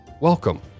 welcome